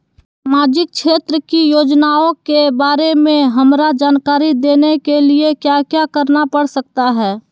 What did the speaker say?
सामाजिक क्षेत्र की योजनाओं के बारे में हमरा जानकारी देने के लिए क्या क्या करना पड़ सकता है?